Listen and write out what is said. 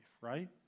right